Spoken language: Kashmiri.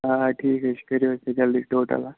آ ٹھیٖک حظ چھُ کٔرِو اَسہِ تُہۍ جلدی ٹوٹَل اَتھ